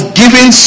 giving